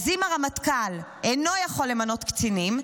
אז אם הרמטכ"ל אינו יכול למנות קצינים,